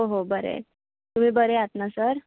हो हो बरे आहेत तुम्ही बरे आहात ना सर